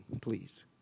please